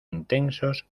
intensos